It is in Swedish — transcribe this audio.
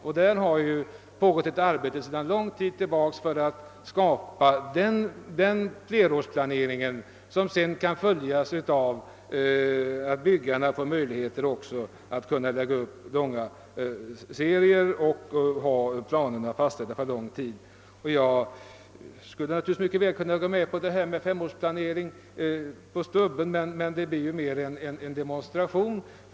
Det har sedan lång tid pågått ett arbete på att skapa en flerårsplanering som kan ge byggarna möjlighet att lägga upp verksamheten i långa serier. Jag skulle genast kunna ansluta mig till förslaget om en femårsplanering, men det blev i så fall bara en tom demonstration.